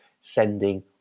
sending